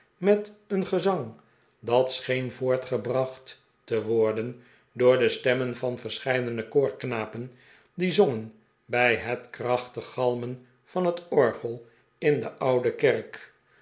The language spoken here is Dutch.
met een gezang dat scheen voortgebracht te worden door de stemmen van verscheidene koorknapen die zongen bij het krachtig galmen van het orgel in de oude kerk